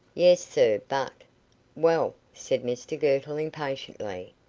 yes, sir, but well, said mr girtle impatiently,